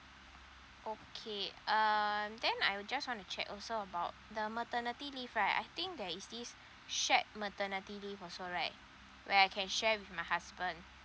okay um then I'll just want to check also about the maternity leave right I think there is this shared maternity leave also right where I can share with my husband